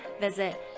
visit